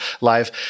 live